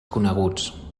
coneguts